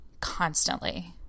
constantly